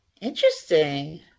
Interesting